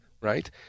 Right